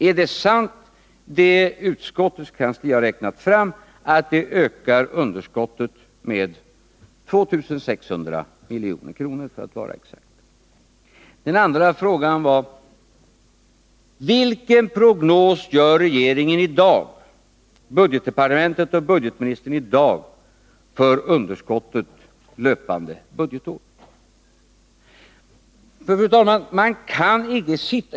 Är det sant, som utskottets kansli har räknat fram, att det ökar underskottet med 2 600 milj.kr., för att vara exakt? Den andra frågan var: Vilken prognos gör budgetdepartementet och budgetministern i dag för underskottet löpande budgetår? Fru talman!